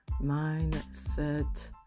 mindset